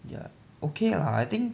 ya okay lah I think